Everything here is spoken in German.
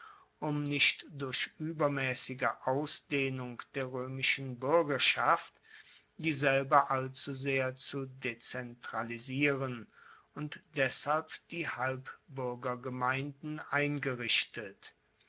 um nicht durch uebermaessige ausdehnung der roemischen buergerschaft dieselbe allzusehr zu dezentralisieren und deshalb die halbbuergergemeinden eingerichtet